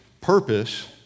purpose